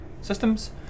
systems